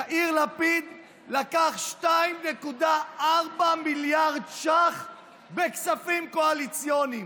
יאיר לפיד לקח 2.4 מיליארד שקלים בכספים קואליציוניים,